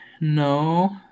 No